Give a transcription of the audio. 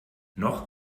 noch